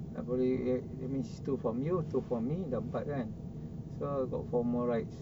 tak boleh that means two from you two for me dah empat kan so got four more rides